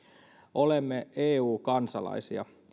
olemme eu kansalaisia